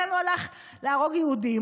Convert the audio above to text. לכן הוא הלך להרוג יהודים.